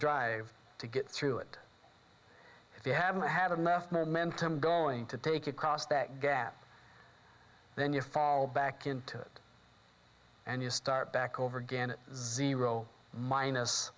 drive to get through it if you haven't had enough momentum going to take it cos that gap then you fall back into it and you start back over again zero minus